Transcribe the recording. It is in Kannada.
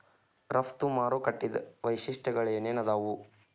ರಫ್ತು ಮಾರುಕಟ್ಟಿದ್ ವೈಶಿಷ್ಟ್ಯಗಳೇನೇನ್ ಆದಾವು?